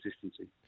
consistency